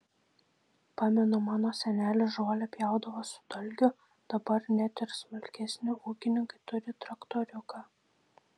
pamenu mano senelis žolę pjaudavo su dalgiu dabar net ir smulkesni ūkininkai turi traktoriuką